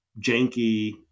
janky